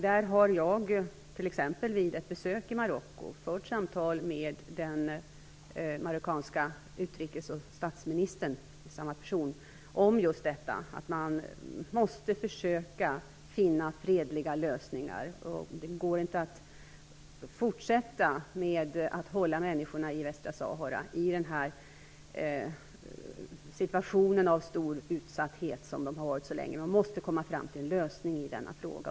Där har jag t.ex. vid ett besök i Marocko fört samtal med den marockanske utrikesoch statsministern - det är samma person - om just detta att man måste försöka finna fredliga lösningar. Det går inte att fortsätta att hålla människorna i Västra Sahara i den här situationen av stor utsatthet, som de har varit i så länge. Man måste komma fram till en lösning i denna fråga.